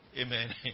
Amen